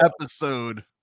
episode